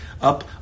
up